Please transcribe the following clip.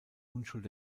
unschuld